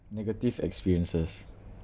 negative experiences